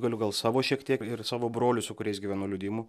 galiu gal savo šiek tiek ir savo brolių su kuriais gyvenu liudijimų